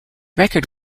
record